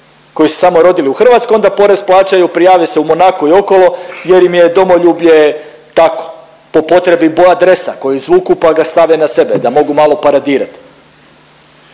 koji su se samo rodili u Hrvatskoj onda porez plaćaju prijave se u Monako i okolo jer im je domoljublje tako po potrebi, boja dresa koji izvuku pa ih stave na sebe da mogu malo paradirati.